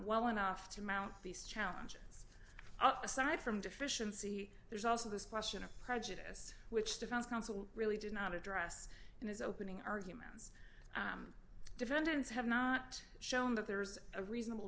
well enough to mount these challenges up aside from deficiency there's also this question of prejudice which defense counsel really did not address in his opening arguments defendants have not shown that there's a reasonable